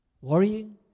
worrying